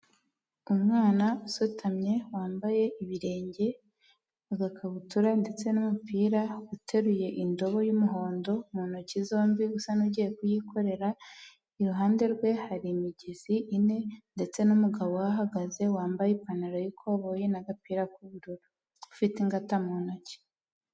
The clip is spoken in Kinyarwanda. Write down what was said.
Umwana usutamye wambaye ibirenge, agakabutura ndetse n'umupira, uteruye indobo y'umuhondo mu ntoki zombi usa n'ugiye kuyikorera, iruhande rwe hari imigezi ine ndetse n'umugabo uhahagaze wambaye ipantaro y'ikoboye n'agapira k'ubururu, ufite ingata mu ntoki.